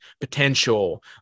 potential